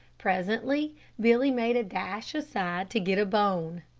presently billy made a dash aside to get a bone.